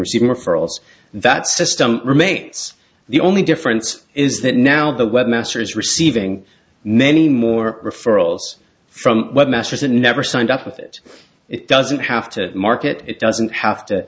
receiving referrals that system remains the only difference is that now the webmaster is receiving many more referrals from webmasters and never signed up with it it doesn't have to market it doesn't have to